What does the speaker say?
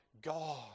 God